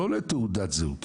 לא לתעודת זהות.